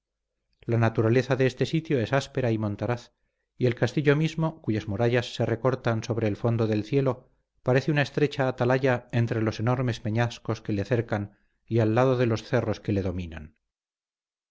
la naturaleza de este sitio es áspera y montaraz y el castillo mismo cuyas murallas se recortan sobre el fondo del cielo parece una estrecha atalaya entre los enormes peñascos que le cercan y al lado de los cerros que le dominan